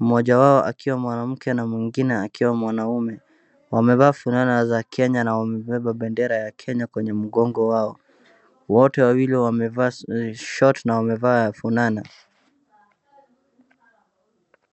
mmoja wao akiwa mwanamke na mwingine akiwa mwanaume. Wamevaa fulana za Kenya na wamebeba bendera ya Kenya kwenye mgongo wao. Wote wawili wamevaa short na wamevaa funana.